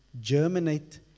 germinate